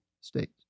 States